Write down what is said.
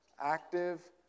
Active